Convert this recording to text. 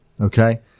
okay